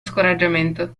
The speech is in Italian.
scoraggiamento